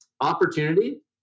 Opportunity